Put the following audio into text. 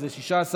אז 16 בעד,